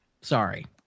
Sorry